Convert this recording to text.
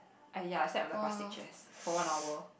ah ya I slept on the plastic chairs for one hour